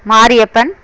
Mariyappan